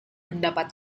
pendapat